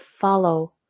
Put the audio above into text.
follow